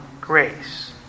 grace